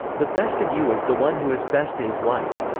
the best of you is the one who is best to his wife.